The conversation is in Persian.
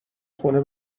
خونه